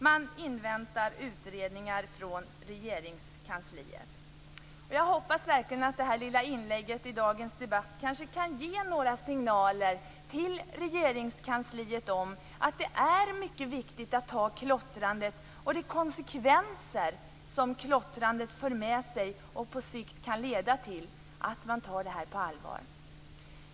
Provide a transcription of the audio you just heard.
Man inväntar utredningar från Regeringskansliet. Jag hoppas verkligen att det här lilla inlägget i dagens debatt kanske kan ge några signaler till Regeringskansliet om att det är mycket viktigt att ta klottrandet och de konsekvenser som klottrandet för med sig och på sikt kan leda till på allvar.